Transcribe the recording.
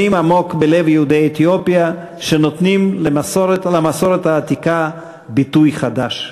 עמוק בלב יהודי אתיופיה שנותנים למסורת העתיקה ביטוי חדש.